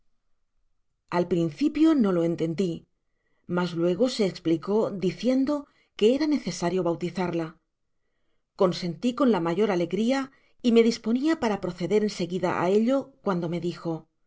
al principio no lo entendi mas luego se esplicó diciendo que era necesario bautizarla consenti con la mayor alegria y me disponia para proceder en seguida áeílo cuando me dijo no